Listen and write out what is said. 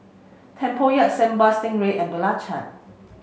Tempoyak Sambal Stingray and Belacan